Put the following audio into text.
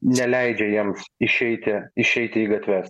neleidžia jiems išeiti išeiti į gatves